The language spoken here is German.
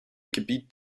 gebiet